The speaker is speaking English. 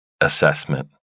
assessment